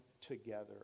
together